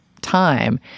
time